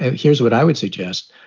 here's what i would suggest.